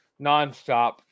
nonstop